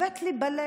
וצובט לי בלב,